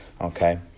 Okay